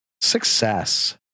Success